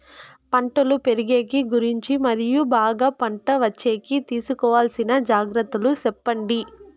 పంటలు పెరిగేకి గురించి మరియు బాగా పంట వచ్చేకి తీసుకోవాల్సిన జాగ్రత్త లు సెప్పండి?